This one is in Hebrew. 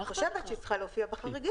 אני חושבת שהיא צריכה להופיע בחריגים,